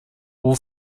all